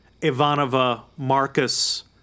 Ivanova-Marcus